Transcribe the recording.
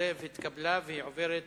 אורלב התקבלה והיא עוברת